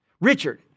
Richard